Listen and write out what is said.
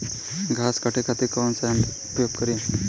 घास काटे खातिर कौन सा यंत्र का उपयोग करें?